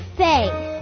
face